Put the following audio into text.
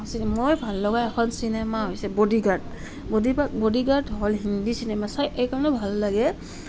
মই ভাল লগা এখন চিনেমা হৈছে বডিগাৰ্ড বডি বডিগাৰ্ড হ'ল হিন্দী চিনেমা চাই এইকাৰণে ভাল লাগে